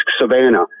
Savannah